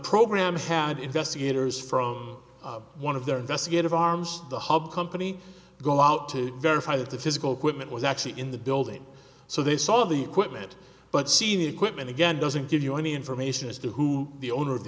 program found investigators from one of their investigative arms the hub company go out to verify that the physical quit was actually in the building so they saw the equipment but seeing equipment again doesn't give you any information as to who the owner of the